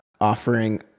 offering